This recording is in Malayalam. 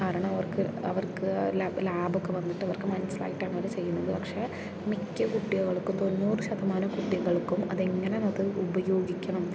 കാരണം അവർക്ക് അവർക്ക് ലാബ് ലാബൊക്കെ വന്നിട്ട് അവർക്ക് മനസ്സിലായിട്ടാണവർ ചെയ്യുന്നത് പക്ഷേ മിക്ക കുട്ടികൾക്കും തൊണ്ണൂറ് ശതമാനം കുട്ടികൾക്കും അതെങ്ങനെ അത് ഉപയോഗിക്കണം